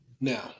Now